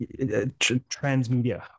transmedia